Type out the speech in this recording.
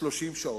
30 שעות.